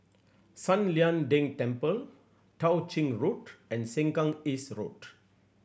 San Lian Deng Temple Tao Ching Road and Sengkang East Road